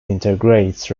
integrates